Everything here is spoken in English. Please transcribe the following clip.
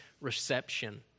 reception